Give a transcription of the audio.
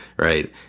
Right